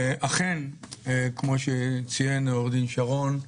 אכן, כפי שציין עו"ד שרון,